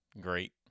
great